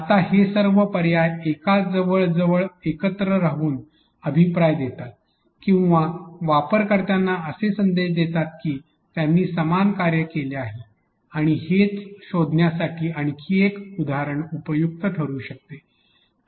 आता हे सर्व पर्याय जवळजवळ एकत्र राहून अभिप्राय देतात किंवा वापरकर्त्यांना असे संदेश देतात की त्यांनी समान कार्य केले आहे आणि हेच शोधण्यासाठी आणखी एक उदाहरण उपयुक्त ठरू शकते